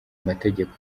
amategeko